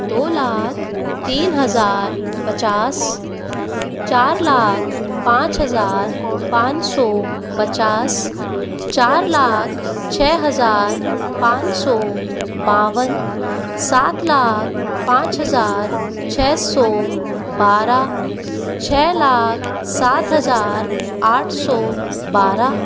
दो लाख तीन हज़ार पचास चार लाख पाँच हज़ार पाँच सौ पचास चार लाख छः हज़ार पाँच सौ बावन सात लाख पाँच हज़ार छः सौ बारह छः लाख सात हज़ार आठ सौ बारह